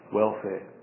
welfare